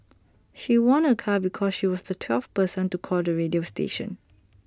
she won A car because she was the twelfth person to call the radio station